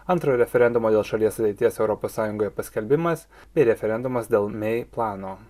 antro referendumo dėl šalies ateities europos sąjungoje paskelbimas bei referendumas dėl mei plano